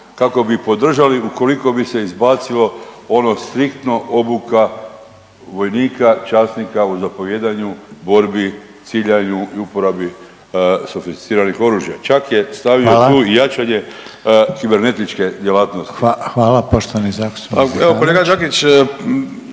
kako bi podržali ukoliko bi se izbacilo ono striktno obuka vojnika, časnika u zapovijedanju borbi, ciljanju i uporabi sofisticiranih oružja. Čak je stavio tu … .../Upadica Reiner: Hvala./… … i jačanje